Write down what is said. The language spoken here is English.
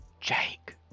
Jake